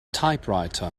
typewriter